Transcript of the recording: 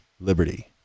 liberty